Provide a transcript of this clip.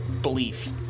belief